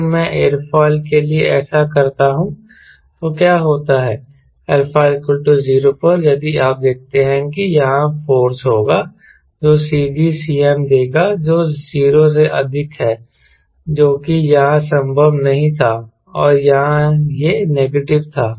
अगर मैं एयरफॉयल के लिए ऐसा करता हूं तो क्या होता है α 0 पर यदि आप देखते हैं कि यहां फोर्से होगा जो CG Cm देगा जो 0 से अधिक है जो कि यहां संभव नहीं था और यहां यह नेगेटिव था